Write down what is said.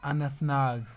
Anant Nag